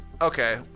Okay